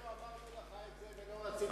אנחנו אמרנו לך את זה ולא רצית,